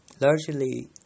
Largely